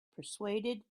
persuaded